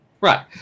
Right